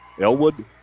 Elwood